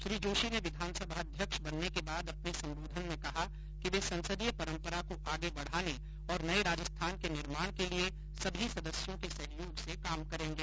श्री जोशी ने विधानसभा अध्यक्ष बनने के बाद अपने संबोधन में कहा कि वे संसदीय परम्परा को आगे बढाने और नये राजस्थान के निर्माण के लिये सभी सदस्यों के सहयोग से काम करेंगे